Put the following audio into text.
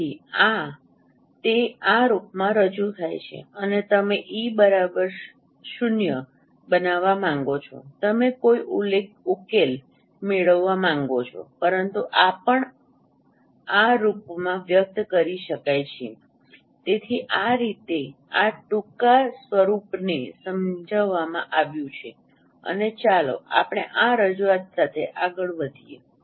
તેથી આ તે આ રૂપમાં રજૂ થાય છે અને તમે E 0 બનાવવા માંગો છો તમે કોઈ ઉકેલ મેળવવા માંગો છો પરંતુ આ પણ આ રૂપમાં વ્યક્ત કરી શકાય છે તેથી આ રીતે આ ટૂંકા સ્વરૂપને સમજાવવામાં આવ્યું છે અને ચાલો આપણે આ રજૂઆત સાથે આગળ વધીએ